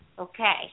Okay